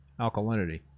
alkalinity